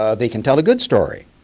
ah they can tell a good story.